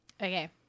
Okay